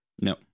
no